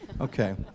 Okay